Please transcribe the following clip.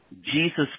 Jesus